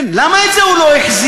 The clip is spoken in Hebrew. למה את זה הוא לא החזיר?